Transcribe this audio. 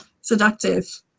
seductive